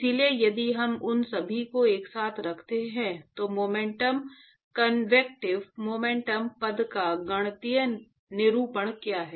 इसलिए यदि हम उन सभी को एक साथ रखते हैं तो मोमेंटम कन्वेक्टीव मोमेंटम पद का गणितीय निरूपण क्या है